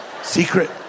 Secret